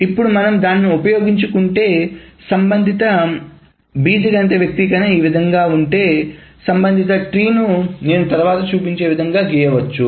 ఇప్పుడు మనము దానిని ఉపయోగించుకుంటే సంబంధిత బీజగణిత వ్యక్తీకరణ ఈ విధంగా ఉంటే సంబంధిత ట్రీ ను నేను తరువాత చూపించే విధంగా గీయవచ్చు